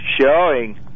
showing